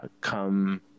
come